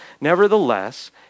Nevertheless